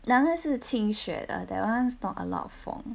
两个是清血的 that [one] is not a lot of 风